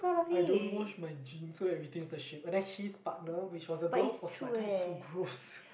I don't wash my jeans so that it retains the shape and then his partner which was a girl was like that is so gross